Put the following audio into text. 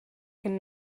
can